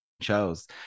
shows